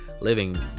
living